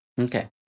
Okay